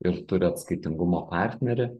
ir turi atskaitingumo partnerį